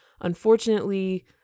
unfortunately